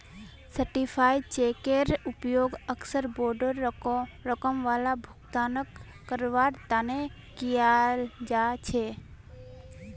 certified चेकेर उपयोग अक्सर बोडो रकम वाला भुगतानक करवार तने कियाल जा छे